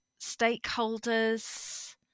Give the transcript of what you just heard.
stakeholders